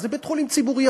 מה זה בית-חולים ציבורי?